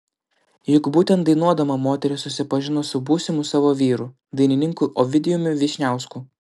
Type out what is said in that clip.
juk būtent dainuodama moteris susipažino su būsimu savo vyru dainininku ovidijumi vyšniausku